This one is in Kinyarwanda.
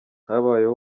habayeho